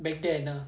back then ah